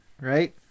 right